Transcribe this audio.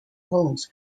holmes